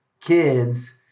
kids